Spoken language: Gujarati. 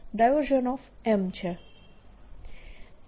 M છે